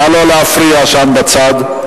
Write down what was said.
נא לא להפריע שם בצד.